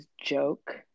joke